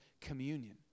communion